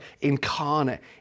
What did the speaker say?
incarnate